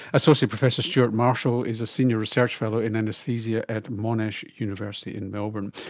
associate professor stuart marshall is a senior research fellow in anaesthesia at monash university in melbourne.